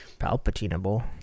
Palpatineable